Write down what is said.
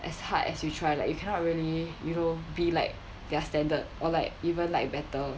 as hard as you try like you cannot really you know be like their standard or like even like better